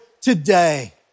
today